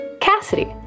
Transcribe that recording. Cassidy